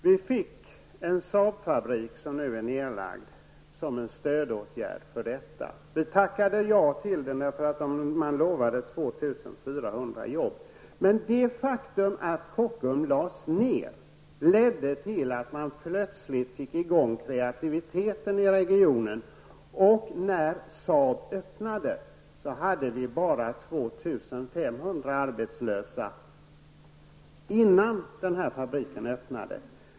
Vi fick en Saabfabrik -- som nu är nedlagd -- som en stödåtgärd för detta. Vi tackade ja till den, därför att man lovade 2 400 jobb. Men det faktum att Kockum lades ned ledde till att man plötsligt fick i gång kreativiteten i regionen, och innan Saabs fabrik öppnades hade vi bara 2 500 arbetslösa.